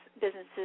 businesses